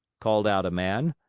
called out a man.